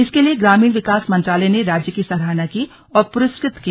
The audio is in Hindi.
इसके लिए ग्रामीण विकास मंत्रालय ने राज्य की सराहना की और पुरस्कृत किया